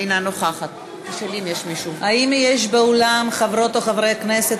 אינה נוכחת האם יש באולם חברות או חברי כנסת